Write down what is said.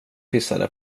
pissade